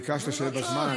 ביקשת שיהיה בזמן.